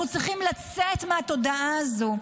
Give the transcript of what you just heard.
אנחנו צריכים לצאת מהתודעה הזו.